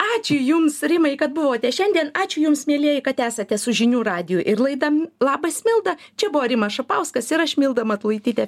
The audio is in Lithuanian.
ačiū jums rimai kad buvote šiandien ačiū jums mielieji kad esate su žinių radiju ir laida labas milda čia buvo rimas šapauskas ir aš milda matulaitytė